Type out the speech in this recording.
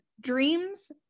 Dreams